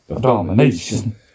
Domination